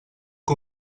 que